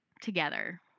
together